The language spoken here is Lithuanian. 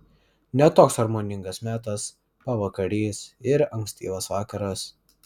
ne toks harmoningas metas pavakarys ir ankstyvas vakaras